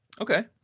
Okay